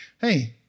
Hey